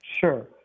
Sure